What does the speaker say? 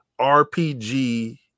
RPG